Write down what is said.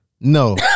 No